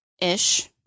ish